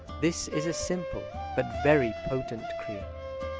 this is a simple but very potent kriya.